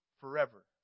forever